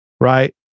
Right